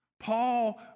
Paul